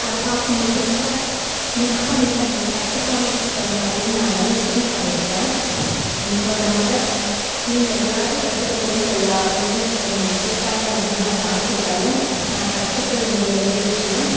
அதை பார்க்கும் போது ச்ச மிஸ் பண்ணிட்டோமே கற்றுக்காம விட்டுட்டோமே அப்படின் நான் நிறைய ஃபீல் பண்ணியிருக்கேன் இன்னோரு முறை நீ எதையாவது கற்றுக்க விரும்புகிறியா அப்படின்னு என்னைய கேட்டாங்க அப்படின்னால் யார் கேட்டாலும் நான் கற்றுக்க வேண்டிய ஒரே விஷயோம்